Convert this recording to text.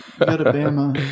Alabama